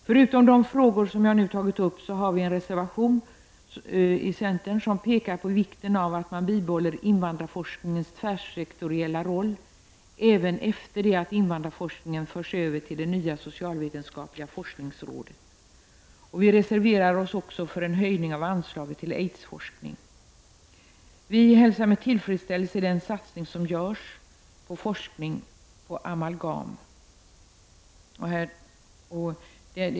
Förutom de frågor som jag nu tagit upp har vi en reservation från centern där vi pekar på vikten av att man bibehåller invandrarforskningens tvärsektoriella roll även efter det att invandrarforskningen förts över till det nya socialvetenskapliga forskningsrådet. Vi reserverar oss också för en höjning av anslaget till aidsforskning. Vi hälsar med tillfredsställelse den satsning som nu görs på forskning om amalgam.